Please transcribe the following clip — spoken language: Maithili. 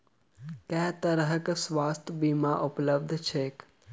केँ तरहक स्वास्थ्य बीमा उपलब्ध छैक?